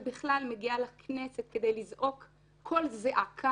ובכלל מגיעה לכנסת כדי לזעוק קול זעקה